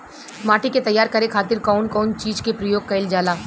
माटी के तैयार करे खातिर कउन कउन चीज के प्रयोग कइल जाला?